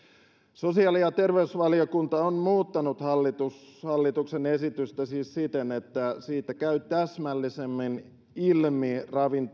sosiaali ja terveysvaliokunta on siis muuttanut hallituksen esitystä siten että siitä käy täsmällisemmin ilmi